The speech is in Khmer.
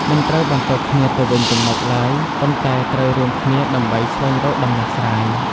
មិនត្រូវបន្ទោសគ្នាទៅវិញទៅមកឡើយ ប៉ុន្តែត្រូវរួមគ្នាដើម្បីស្វែងរកដំណោះស្រាយ។